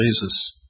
Jesus